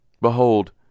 Behold